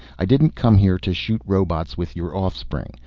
i didn't come here to shoot robots with your offspring.